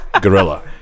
gorilla